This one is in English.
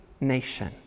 nation